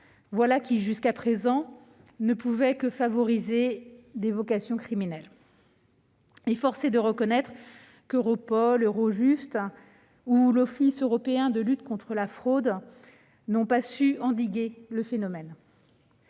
pouvait, jusqu'à présent, que favoriser des vocations criminelles et force est de reconnaître qu'Europol, Eurojust ou l'Office européen de lutte contre la fraude n'ont pas su endiguer le phénomène.